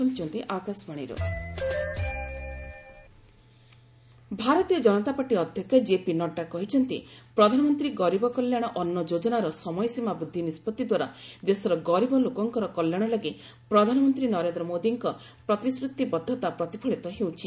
Nadda PMGKAY Bharatiya Janata Party ଅଧ୍ୟକ୍ଷ J P Nadda କହିଛନ୍ତି ପ୍ରଧାନମନ୍ତ୍ରୀ ଗରିବ କଲ୍ୟାଣ ଅନ୍ନ ଯୋଜନାର ସମୟସୀମା ବୃଦ୍ଧି ନିଷ୍କଭି ଦ୍ୱାରା ଦେଶର ଗରିବ ଲୋକଙ୍କର କଲ୍ୟାଣ ଲାଗି ପ୍ରଧାନମନ୍ତ୍ରୀ ନରେନ୍ଦ୍ର ମୋଦିଙ୍କ ପ୍ରତିଶ୍ରତିବଦ୍ଧତା ପ୍ରତିଫଳିତ ହେଉଛି